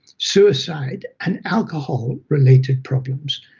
suicide, and alcohol-related problems.